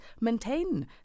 maintain